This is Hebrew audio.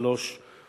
שלוש שנים,